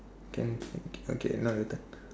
can thank you okay now your turn